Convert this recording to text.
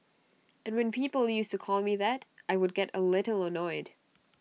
and when people used to call me that I would get A little annoyed